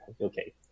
okay